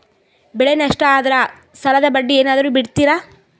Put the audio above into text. ಬೆಳೆ ನಷ್ಟ ಆದ್ರ ಸಾಲದ ಬಡ್ಡಿ ಏನಾದ್ರು ಬಿಡ್ತಿರಾ?